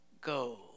Go